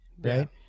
right